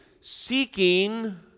seeking